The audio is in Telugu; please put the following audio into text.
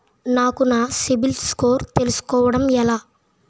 నాకు నా సిబిల్ స్కోర్ తెలుసుకోవడం ఎలా?